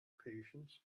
patience